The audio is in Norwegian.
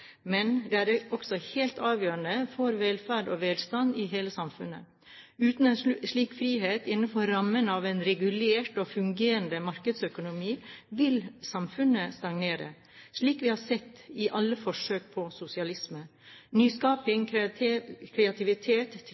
men det er også helt avgjørende for velferd og velstand i hele samfunnet. Uten en slik frihet innenfor rammen av en regulert og fungerende markedsøkonomi vil samfunnet stagnere, slik vi har sett i alle forsøk på sosialisme. Nyskaping, kreativitet,